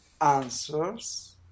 answers